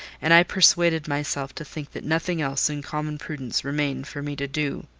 and i persuaded myself to think that nothing else in common prudence remained for me to do.